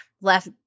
left